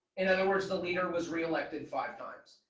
in other words the leader was reelected five times.